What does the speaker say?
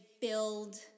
build